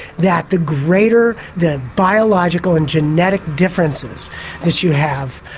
that the greater the biological and genetic differences that you have,